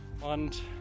Und